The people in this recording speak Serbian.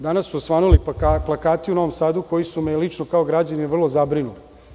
Danas su osvanuli plakati u Novom Sadu koji su me lično kao građanina vrlo zabrinuli.